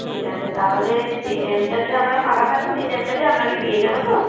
ঠিক আছে তাহলে যে টাইমটাতে আমরা ফাঁকা থাকব সেই টাইমটাতে আপনাকে পেয়ে যাব তো